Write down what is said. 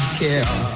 care